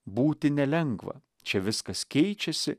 būti nelengva čia viskas keičiasi